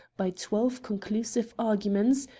by twelve conclusive arguments,